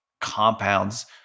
compounds